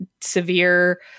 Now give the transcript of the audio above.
severe